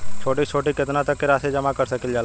छोटी से छोटी कितना तक के राशि जमा कर सकीलाजा?